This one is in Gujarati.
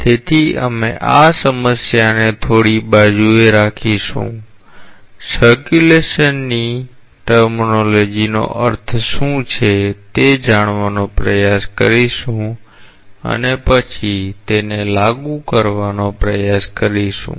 તેથી અમે આ સમસ્યાને થોડી બાજુએ રાખીશું પરિભ્રમણ ની પરિભાષા નો અર્થ શું છે તે જાણવાનો પ્રયાસ કરીશું અને પછી અમે તેને લાગુ કરવાનો પ્રયાસ કરીશું